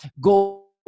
go